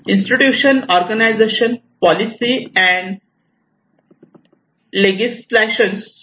institution organization policy and legislations